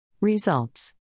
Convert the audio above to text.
Results